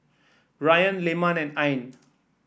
Ryan Leman and Ain